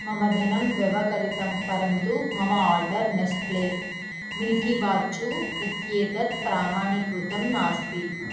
मम धनं व्यवकलितं परन्तु मम आर्डर् नेस्ले मिल्किबात् चू इत्येतत् प्रामाणीकृतं नास्ति